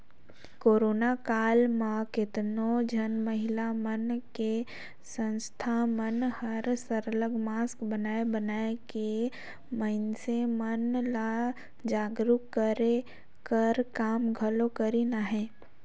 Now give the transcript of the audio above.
corona काल म केतनो झन महिला मन के संस्था मन हर सरलग मास्क बनाए बनाए के मइनसे मन ल जागरूक करे कर काम घलो करिन अहें